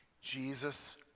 Jesus